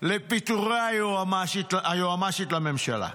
לפיטורי היועמ"שית לממשלה.